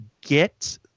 get